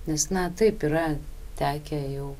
nes na taip yra tekę jau